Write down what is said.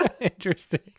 Interesting